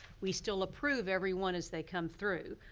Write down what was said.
we still approve every one as they come through.